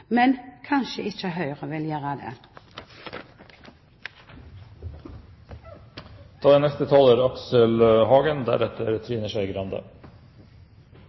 men kanskje ikke Høyre vil gjøre det? Det er